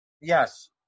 Yes